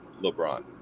LeBron